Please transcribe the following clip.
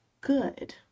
good